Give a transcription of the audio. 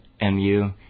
mu